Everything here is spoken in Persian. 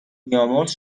بیامرز